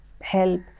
help